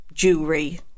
Jewelry